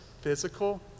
physical